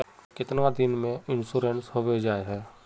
कीतना दिन में इंश्योरेंस होबे जाए है?